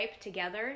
together